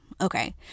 Okay